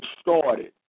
started